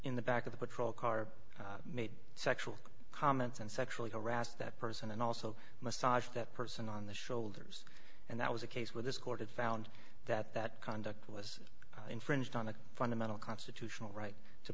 in the back of the patrol car made sexual comments and sexually harassed that person and also massage that person on the shoulders and that was a case where this court had found that that conduct was infringed on a fundamental constitutional right to